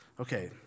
Okay